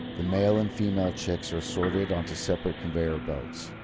the male and female chicks are sorted onto separate conveyor belts.